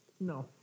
No